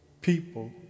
people